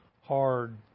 hard